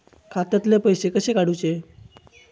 खात्यातले पैसे कसे काडूचे?